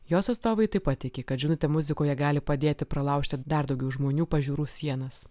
jos atstovai taip pat tiki kad žinutė muzikoje gali padėti pralaužti dar daugiau žmonių pažiūrų sienas